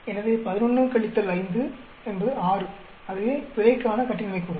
எனவே 11 - 5 6 என்பது பிழைக்கான கட்டின்மை கூறுகள்